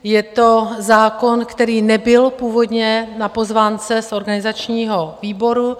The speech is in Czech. Je to zákon, který nebyl původně na pozvánce z organizačního výboru.